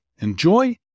enjoy